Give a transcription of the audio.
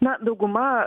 na dauguma